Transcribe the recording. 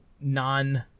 Non-